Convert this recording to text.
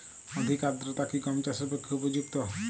অধিক আর্দ্রতা কি গম চাষের পক্ষে উপযুক্ত?